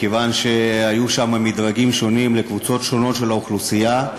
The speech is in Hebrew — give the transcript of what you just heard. מכיוון שהיו שם מדרגים שונים לקבוצות שונות של אוכלוסייה.